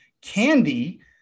candy